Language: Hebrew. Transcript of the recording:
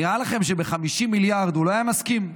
נראה לכם שב-50 מיליארד הוא לא היה מסכים?